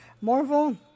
Marvel